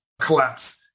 collapse